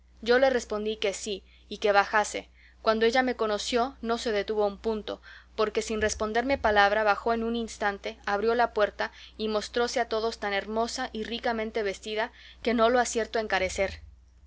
yo le respondí que sí y que bajase cuando ella me conoció no se detuvo un punto porque sin responderme palabra bajó en un instante abrió la puerta y mostróse a todos tan hermosa y ricamente vestida que no lo acierto a encarecer